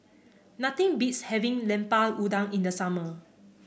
nothing beats having Lemper Udang in the summer